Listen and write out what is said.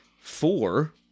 Four